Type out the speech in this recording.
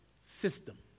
System